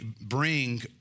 Bring